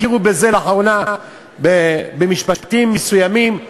גם הכירו בזה לאחרונה במשפטים מסוימים,